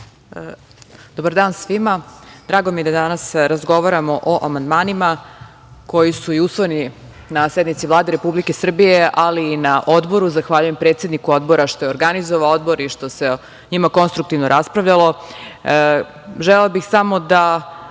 Dobar dan svima. Drago mi je da danas razgovaramo o amandmanima koji su i usvojeni na sednici Vlade Republike Srbije, ali i na Odboru. Zahvaljujem predsedniku Odbora što je organizovao Odbor i što se o njima konstruktivno raspravljalo. Želela bih samo da